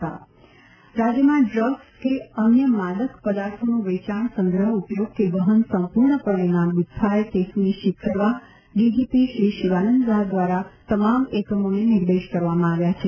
narcotics પદાર્થો રાજયમાં drugs કે અન્ય માદક પદાર્થોનું વેચાણ સંગ્રહ ઉપયોગ કે વહન સંપુર્ણપણે નાબદુ થાય તે સુનિશ્ચિત કરવા ડીજીપી શ્રી શિવાનંદ ઝા દ્વારા તમામ એકમોને નિર્દેશ કરવામાં આવેલ છે